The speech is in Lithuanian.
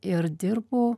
ir dirbu